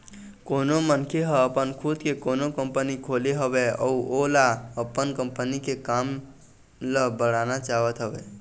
कोनो मनखे ह अपन खुद के कोनो कंपनी खोले हवय अउ ओहा अपन कंपनी के काम ल बढ़ाना चाहत हवय